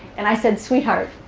and i said, sweetheart,